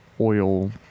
oil